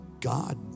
God